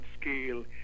scale